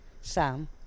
Sam